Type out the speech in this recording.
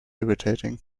irritating